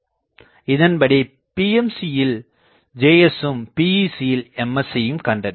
இதன்படி PMC யில் Js யும் PEC கொண்டு Ms யும் கண்டறியலாம்